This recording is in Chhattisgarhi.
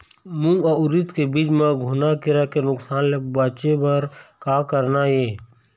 मूंग अउ उरीद के बीज म घुना किरा के नुकसान ले बचे बर का करना ये?